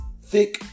Thick